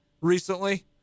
recently